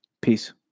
Peace